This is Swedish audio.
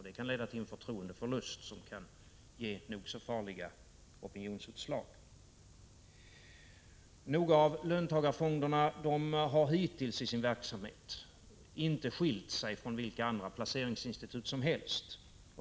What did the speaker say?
Det kan leda till en förtroendeförlust, som kan ge nog så farliga opinionsutslag. Löntagarfonderna har hittills i sin verksamhet inte skilt sig från vilka andra placeringsinstitut som helst.